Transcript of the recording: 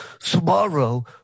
tomorrow